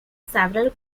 several